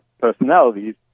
personalities